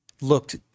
looked